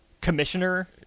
commissioner